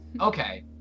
Okay